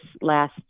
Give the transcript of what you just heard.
last